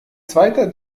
zweiter